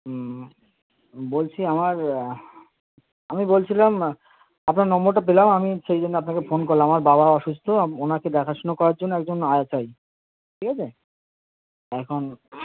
হুম বলছি আমার আমি বলছিলাম আপনার নম্বরটা পেলাম আমি সেই জন্য আপনাকে ফোন করলাম আমার বাবা অসুস্থ ওনাকে দেখাশোনা করার জন্য একজন আয়া চাই ঠিক আছে এখন